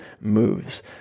moves